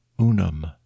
unum